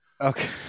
okay